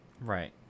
Right